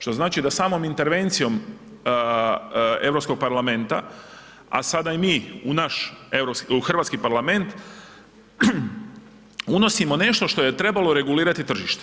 Što znači da samom intervencijom Europskog parlamenta, a sada i mi u naš hrvatski parlament unosimo nešto što je trebalo regulirati tržište.